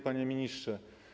Panie Ministrze!